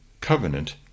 covenant